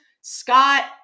Scott